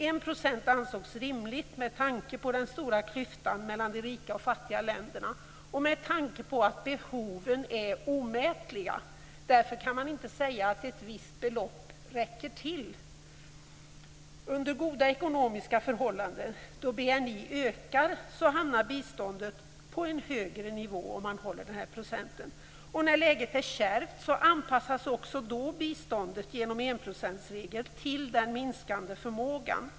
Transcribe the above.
1 % ansågs rimligt med tanke på den stora klyftan mellan de rika och fattiga länderna. Behoven är omätliga. Därför kan man inte säga att ett visst belopp räcker till. Under goda ekonomiska förhållanden då BNI ökar hamnar biståndet på en högre nivå, om man upprätthåller målet på 1 %. När läget däremot är kärvt anpassas också då biståndet genom enprocentsregeln till den minskade förmågan.